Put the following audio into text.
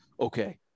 Okay